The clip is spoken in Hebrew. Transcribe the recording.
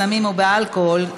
בסמים ובאלכוהול,